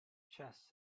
chess